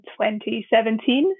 2017